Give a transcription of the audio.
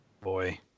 Boy